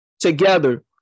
together